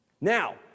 now